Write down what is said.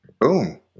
Boom